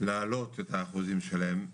להעלות את האחוזים שלהם,